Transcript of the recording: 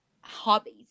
hobbies